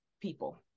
people